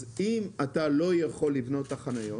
אז אם אתה לא יכול לבנות את החניות,